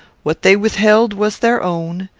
what they withheld was their own,